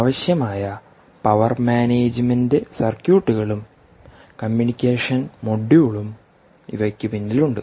ആവശ്യമായ power management സർക്യൂട്ടുകളും communication മൊഡ്യൂളും ഇവയ്ക്ക് പിന്നിലുണ്ട്